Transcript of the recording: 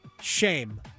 shame